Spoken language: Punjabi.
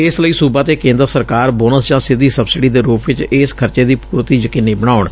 ਇਸ ਲਈ ਸੁਬਾ ਤੇ ਕੇਂਦਰ ਸਰਕਾਰ ਬੋਨਸ ਜਾਂ ਸਿੱਧੀ ਸਬਸਿਡੀ ਦੇ ਰੂਪ ਵਿੱਚ ਇਸ ਖ਼ਰਚੇ ਦੀ ਪੂਰਤੀ ਯਕੀਨੀ ਬਣਾਉਣ